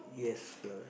yes fair